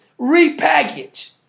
Repackage